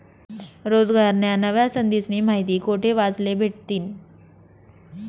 रोजगारन्या नव्या संधीस्नी माहिती कोठे वाचले भेटतीन?